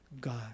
God